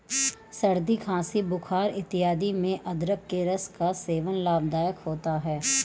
सर्दी खांसी बुखार इत्यादि में अदरक के रस का सेवन लाभदायक होता है